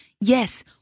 Yes